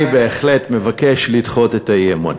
אני בהחלט מבקש לדחות את האי-אמון.